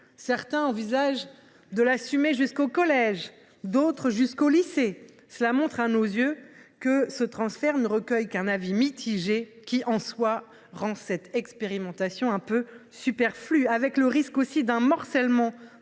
Certains envisagent de la prendre en charge jusqu’au collège, d’autres jusqu’au lycée. Cela montre à nos yeux que ce transfert ne recueille qu’un avis mitigé, ce qui en soi rend cette expérimentation quelque peu superflue. Je crains aussi un morcellement